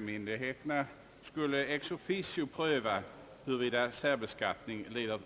myndigheterna skulle ex officio pröva, huruvida särbeskattning leder